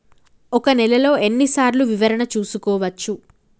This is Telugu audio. ఒక నెలలో ఎన్ని సార్లు వివరణ చూసుకోవచ్చు?